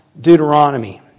Deuteronomy